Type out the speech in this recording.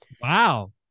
Wow